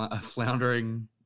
floundering